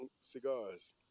cigars